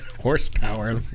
horsepower